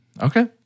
Okay